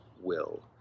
will